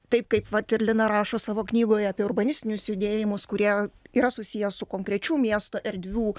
taip kaip vat ir lina rašo savo knygoje apie urbanistinius judėjimus kurie yra susiję su konkrečių miesto erdvių